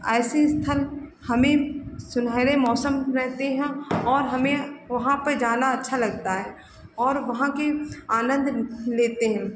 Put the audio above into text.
ऐसे स्थल हमें सुनहरे मौसम रहते हैं और हमें वहाँ पर जाना अच्छा लगता है और वहाँ का आनन्द लेते हैं